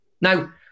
Now